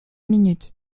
minutes